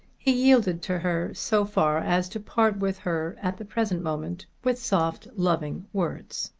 he yielded to her so far as to part with her at the present moment with soft loving words.